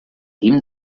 guim